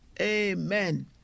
Amen